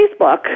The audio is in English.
Facebook